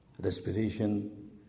respiration